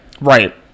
Right